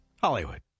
Hollywood